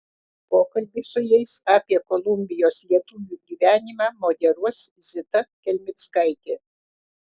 pokalbį su jais apie kolumbijos lietuvių gyvenimą moderuos zita kelmickaitė